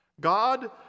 God